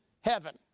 heaven